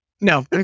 No